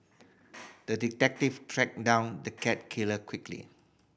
the detective tracked down the cat killer quickly